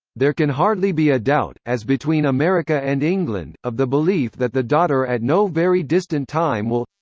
there can hardly be a doubt, as between america and england, of the belief that the daughter at no very distant time will.